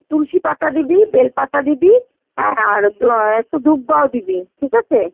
তুলসী পাতা দিবি বেল পাতা দিবি হ্যাঁ আর একটু দূর্বাও দিবি ঠিক আছে